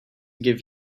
give